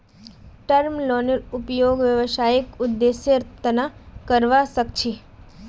term लोनेर उपयोग व्यावसायिक उद्देश्येर तना करावा सख छी